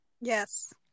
Yes